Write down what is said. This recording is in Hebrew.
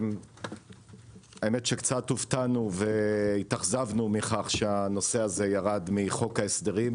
האמת שקצת הופעתנו והתאכזבנו מכך שהנושא הזה ירד מחוק ההסדרים,